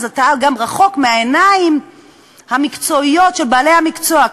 אז אתה גם רחוק מהעיניים המקצועיות של בעלי המקצוע,